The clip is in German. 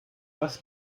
was